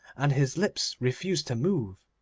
and his lips refused to move.